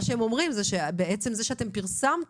מה שהם אומרים הוא שבעצם זה שאתם פרסמתם,